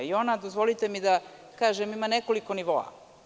Ona, dozvolite mi da kažem, ima nekoliko nivoa.